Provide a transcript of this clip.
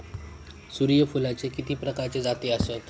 सूर्यफूलाचे किती प्रकारचे जाती आसत?